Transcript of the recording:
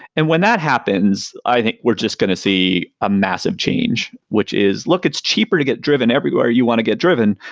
and when that happens, i think we're just going to see a massive change, which is look, it's cheaper to get driven everywhere you want to get driven.